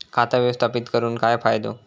खाता व्यवस्थापित करून काय फायदो?